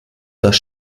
das